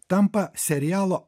tampa serialo